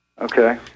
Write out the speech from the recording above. Okay